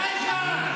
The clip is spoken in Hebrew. די כבר,